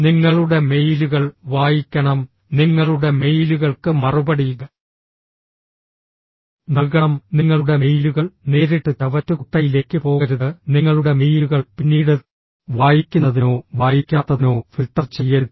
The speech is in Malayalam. നിങ്ങളുടെ മെയിലുകൾ വായിക്കണം നിങ്ങളുടെ മെയിലുകൾക്ക് മറുപടി നൽകണം നിങ്ങളുടെ മെയിലുകൾ നേരിട്ട് ചവറ്റുകുട്ടയിലേക്ക് പോകരുത് നിങ്ങളുടെ മെയിലുകൾ പിന്നീട് വായിക്കുന്നതിനോ വായിക്കാത്തതിനോ ഫിൽട്ടർ ചെയ്യരുത്